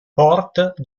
port